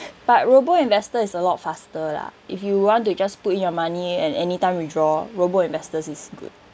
but robo investor is a lot faster lah if you want to just put in your money and anytime withdraw robo investors is good